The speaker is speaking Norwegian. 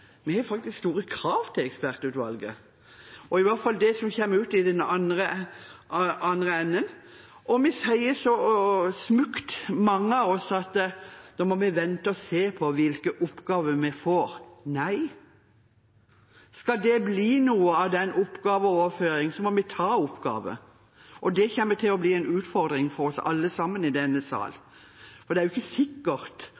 vi har faktisk store krav til ekspertutvalget – i hvert fall til det som kommer ut i den andre enden. Vi sier så smukt mange av oss at nå må vi vente og se på hvilke oppgaver vi får. Nei – skal det bli noe av den oppgaveoverføringen, må vi ta oppgaver. Det kommer til å bli en utfordring for oss alle sammen i denne